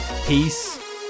peace